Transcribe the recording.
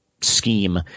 scheme